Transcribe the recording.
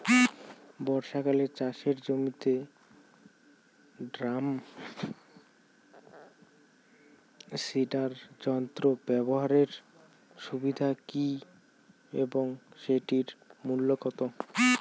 বর্ষাকালে চাষের জমিতে ড্রাম সিডার যন্ত্র ব্যবহারের সুবিধা কী এবং সেটির মূল্য কত?